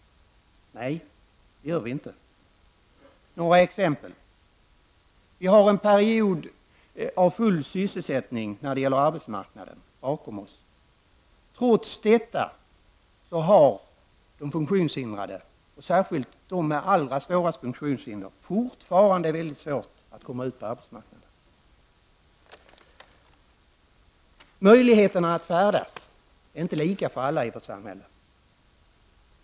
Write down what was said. Nej, det gör vi inte. Jag skall ge några exempel. Vi har en period av full sysselsättning bakom oss. Trots detta har de funktionshindrade, särskilt de med de allra svåraste funktionshindren, fortfarande svårt att komma ut på arbetsmarknaden. Möjligheterna att färdas är inte lika för alla i vårt samhälle.